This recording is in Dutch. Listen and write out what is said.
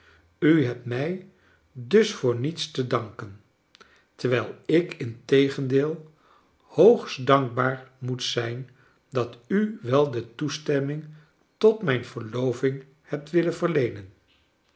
u hebt mij dus voor niets te danken terwijl ik integendeel hoogst dankbaar moet zijn dat u wel de toestemming tot mijn verloving hebt willen verleenen